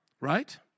right